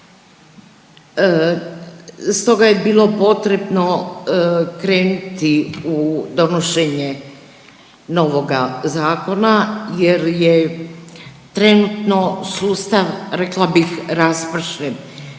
Stoga je bilo potrebno krenuti u donošenje novoga zakona jer je trenutno sustav rekla bih raspršen,